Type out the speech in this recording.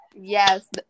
Yes